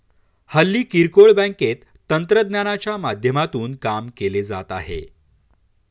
हल्ली किरकोळ बँकेत तंत्रज्ञानाच्या माध्यमातून काम केले जात आहे